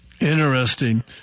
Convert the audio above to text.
Interesting